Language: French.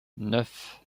neuf